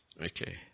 Okay